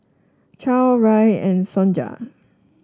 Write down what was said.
Chadd Rahn and Sonja